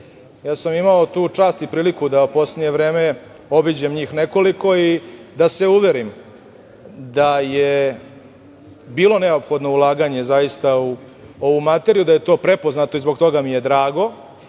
Imao sam tu čast i priliku da u poslednje vreme obiđem njih nekoliko i da se uverim da je bilo neophodno ulaganje zaista u ovu materiju, da je to prepoznato i zbog toga mi je drago,